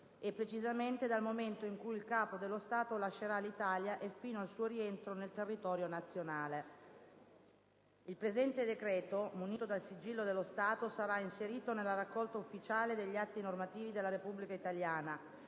e, precisamente, dal momento in cui il Capo dello Stato lascerà l'Italia e fino al suo rientro nel territorio nazionale. Il presente decreto, munito del sigillo dello Stato, sarà inserito nella Raccolta ufficiale degli atti normativi della Repubblica italiana.